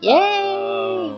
Yay